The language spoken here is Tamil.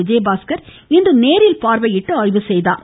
விஜயபாஸ்கர் இன்று நேரில் பார்வையிட்டு ஆய்வு செய்தார்